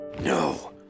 No